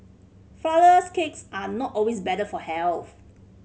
flourless cakes are not always better for health